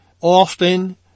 often